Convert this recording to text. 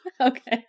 Okay